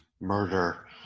murder